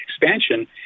expansion